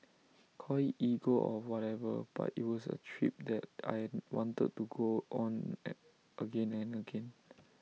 call IT ego or whatever but IT was A trip that I wanted to go on again and again